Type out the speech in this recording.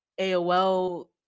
AOL